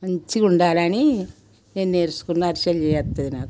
మంచిగా ఉండాలని నేను నేర్చుకున్న అరిసెలు జేయత్తది నాకు